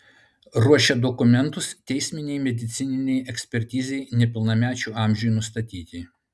ruošia dokumentus teisminei medicininei ekspertizei nepilnamečių amžiui nustatyti